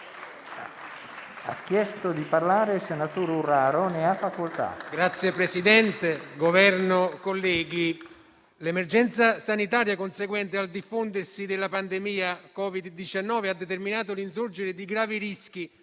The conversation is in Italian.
Signor Presidente, l'emergenza sanitaria conseguente al diffondersi della pandemia da Covid-19 ha determinato l'insorgere di gravi rischi,